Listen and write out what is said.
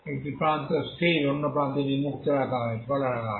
একটি প্রান্ত স্থির অন্য প্রান্তটি মুক্ত রাখা হয়েছে